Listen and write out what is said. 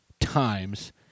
times